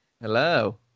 Hello